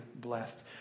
blessed